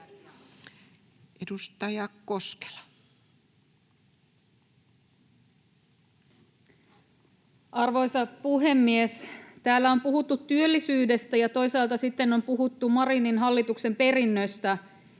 16:07 Content: Arvoisa puhemies! Täällä on puhuttu työllisyydestä ja toisaalta sitten on puhuttu Marinin hallituksen perinnöstä.